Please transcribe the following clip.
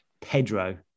Pedro